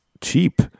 cheap